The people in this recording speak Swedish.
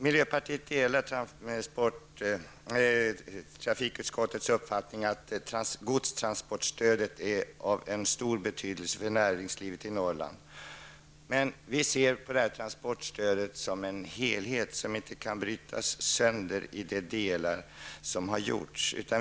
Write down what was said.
Miljöpartiet delar utskottsmajoritetens uppfattning att godstransportstödet är av stor betydelse för näringslivet i Norrland. Vi ser emellertid på transportstödet som en helhet som inte kan brytas sönder i delar på det sätt som här har skett.